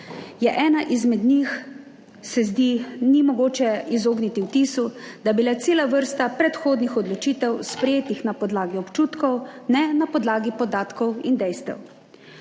je ena izmed njih, se zdi, ni mogoče izogniti vtisu, da je bila cela vrsta predhodnih odločitev sprejetih na podlagi občutkov ne na podlagi podatkov in dejstev.